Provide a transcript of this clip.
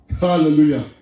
hallelujah